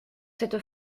cette